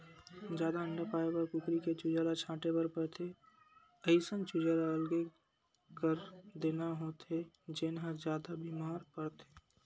जादा अंडा पाए बर कुकरी के चूजा ल छांटे बर परथे, अइसन चूजा ल अलगे कर देना होथे जेन ह जादा बेमार परथे